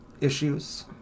issues